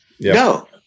No